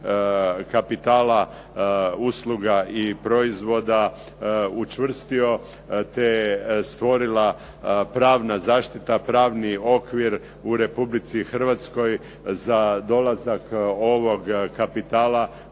kapitala, usluga i proizvoda učvrstio, te stvorila pravna zaštita, pravni okvir u Republici Hrvatskoj za dolazak ovog kapitala